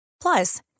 Plus